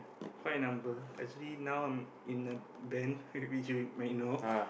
quite a number actually now I'm in a band which you may know